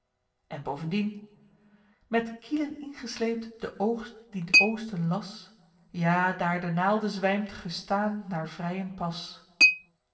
en bovendien met kielen ingesleept den oogst dien t oosten las ja daer de naelde zwijmt gestaen naer vrijen pas